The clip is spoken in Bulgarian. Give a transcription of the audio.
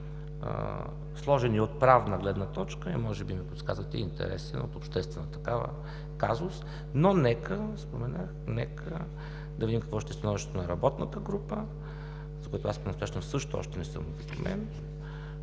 сложен и от правна гледна точка, и може би ми подсказвате интересен от обществена такава, казус, но нека да видим какво ще е становището на работната група, за което аз понастоящем също още не съм уведомен,